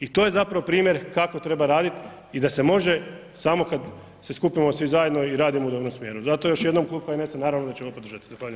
I to je zapravo primjer kako treba raditi i da se može samo kada se skupimo svi zajedno i radimo u dobrom smjeru, zato još jednom Klub HNS-a naravno da ćemo podržati.